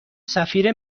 سفیر